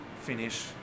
finish